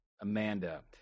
Amanda